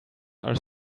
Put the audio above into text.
are